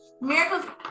Miracle's